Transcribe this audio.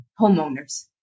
homeowners